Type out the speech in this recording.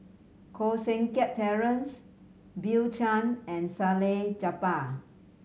Koh Seng Kiat Terence Bill Chen and Salleh Japar